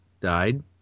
died